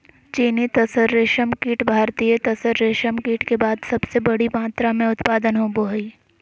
चीनी तसर रेशमकीट भारतीय तसर रेशमकीट के बाद सबसे बड़ी मात्रा मे उत्पादन होबो हइ